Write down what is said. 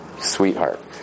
sweetheart